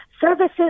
services